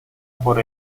por